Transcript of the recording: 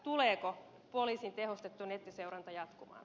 tuleeko poliisin tehostettu nettiseuranta jatkumaan